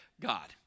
God